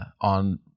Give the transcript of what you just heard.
on